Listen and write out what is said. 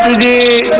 da